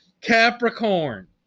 Capricorn